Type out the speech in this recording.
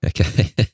Okay